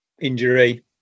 injury